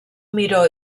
miró